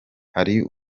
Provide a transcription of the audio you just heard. hari